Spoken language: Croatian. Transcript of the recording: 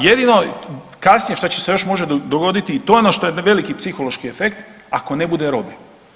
Jedino kasnije što će se još možda dogoditi i to je ono što je veliki psihološki efekt ako ne bude robe.